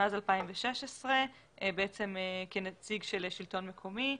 מאז 2016, כנציג השלטון המקומי.